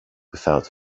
without